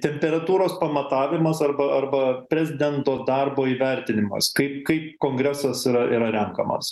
temperatūros pamatavimas arba arba prezidento darbo įvertinimas kai kai kongresas yra yra renkamas